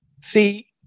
See